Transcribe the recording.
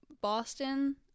Boston